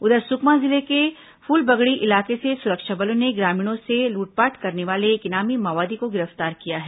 उधर सुकमा जिले के फूलबगड़ी इलाके से सुरक्षा बलों ने ग्रामीणों से लूटपाट करने वाले एक इनामी माओवादी को गिरफ्तार किया है